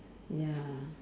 ya